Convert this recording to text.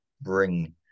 bring